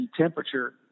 temperature